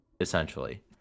essentially